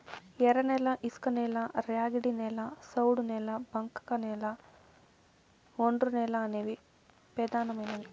ఎర్రనేల, ఇసుకనేల, ర్యాగిడి నేల, సౌడు నేల, బంకకనేల, ఒండ్రునేల అనేవి పెదానమైనవి